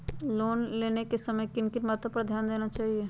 Loan लेने के समय किन किन वातो पर ध्यान देना चाहिए?